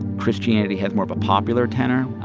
christianity has more of a popular tenor,